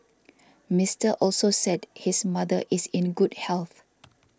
Mister Also said his mother is in good health